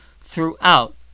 throughout